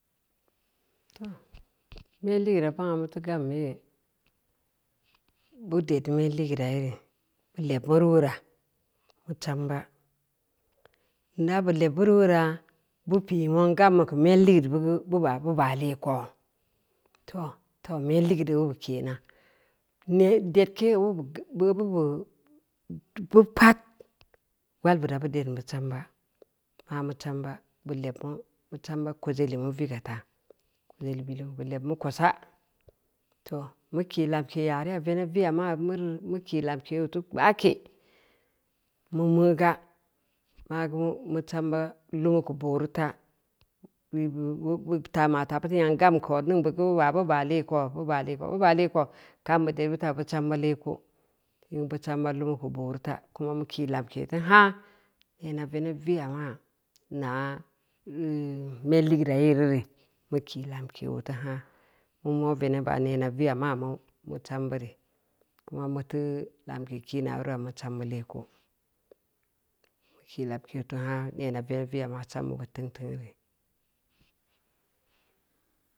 Too, mel ligeura bangua muteu gam yere, bud ed deu mel ligeura yere, libmu ru weura, mu chawba, ina bu leb buru weura, bu pi nwong gawbe keu mel ligeud bu geu bu baa bu baa leko, too, too mel ligeud obu be ke’na, inee dedke obube geu pad wal bura bud ed chawba, mamu chawba, bu leko, bu chawba kojoli mu viga taa, bil bu leb mu kosa, too, mu kii lamke yare veneb via maa mureu mu kii lamke oo teu gbaake, mu meuga magu mu chawba lawu keu booru ta, mmn taa mata bureu nwong gam keu odningn geu buba bub a leko bu leko bub a leko, ka’am bid bud ed bu ta bu chwbu leko, bu chawba luwu keu booru ta, mu kii lamke teu haa neena veneb vi’a maa naa’ hmm mel legeura yee reu re mu ki lamke oo teu haa, mu mo’ veneb ba neena vi’a ma mu mu chawbu re, mu teu lamke kina ran mu chambu leko, mu ki lamke teu haa nenna veneb vi’a ma chambu bid teung-teungnu ri.